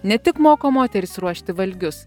ne tik moko moteris ruošti valgius